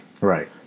Right